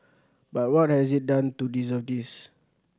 but what has it done to deserve this